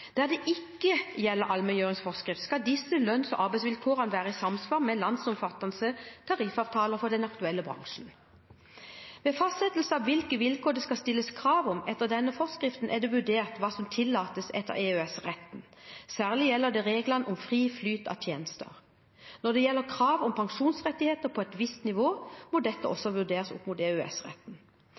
skal lønns- og arbeidsvilkårene være i samsvar med landsomfattende tariffavtaler for den aktuelle bransjen. Ved fastsettelse av hvilke vilkår det skal stilles krav om etter denne forskriften, er det vurdert hva som tillates etter EØS-retten. Særlig gjelder det reglene om fri flyt av tjenester. Når det gjelder krav om pensjonsrettigheter på et visst nivå, må dette også vurderes opp mot